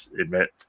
admit